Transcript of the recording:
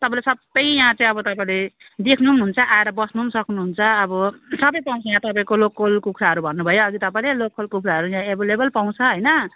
तपाईँले सबै यहाँ चाहिँ अब तपाईँले देख्नु पनि हुन्छ आएर बस्नु पनि सक्नुहुन्छ अब सबै पाउँछ यहाँ तपाईँको लोकल कुखुराहरू भन्नुभयो अघि तपाईँले लोकल कुखुराहरू यहाँ एभाइलेबल पाउँछ होइन